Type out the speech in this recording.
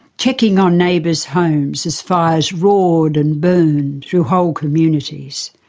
checking on neighbours' homes as fires roared and burned through whole communities.